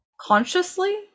consciously